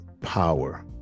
power